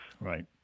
Right